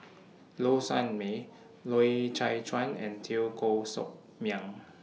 Low Sanmay Loy Chye Chuan and Teo Koh Sock Miang